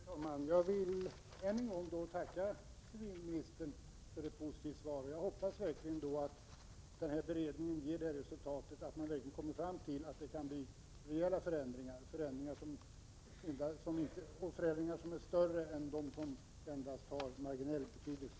Fru talman! Jag vill än en gång tacka civilministern för det positiva svaret. Jag hoppas verkligen att denna beredning ger till resultat att man kommer fram till att det kan bli rejäla förändringar och inte bara förändringar som har marginell betydelse.